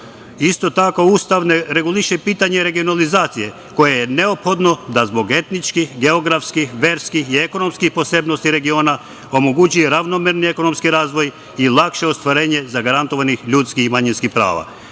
tako, Ustav ne reguliše pitanje regionalizacije, koje je neophodno da zbog etničkih, geografskih, verskih i ekonomskih posebnosti regiona omogući ravnomerne ekonomski razvoj i lakše ostvarenje zagarantovanih ljudskih i manjinskih prava. Član